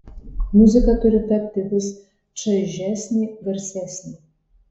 muzika turi tapti vis čaižesnė garsesnė